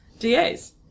DAs